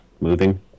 moving